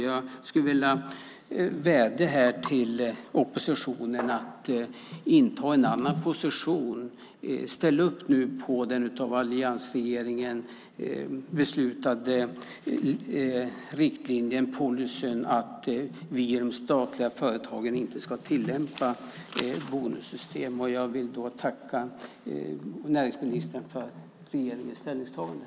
Jag skulle vilja vädja till oppositionen att inta en annan position. Ställ upp på den av alliansregeringen beslutade riktlinjen eller policyn att vi i de statliga företagen inte ska tillämpa bonussystem. Jag vill tacka näringsministern för regeringens ställningstagande.